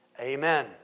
Amen